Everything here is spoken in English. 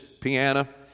piano